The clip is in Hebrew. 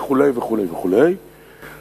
וכו' וכו' וכו'.